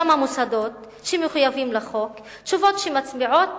מכמה מוסדות שמחויבים לחוק, תשובות שמצביעות